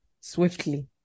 swiftly